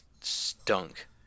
stunk